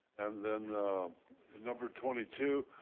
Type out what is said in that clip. and then number twenty two,